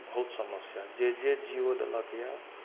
बहुत समस्या जे जे जिओ लेलकया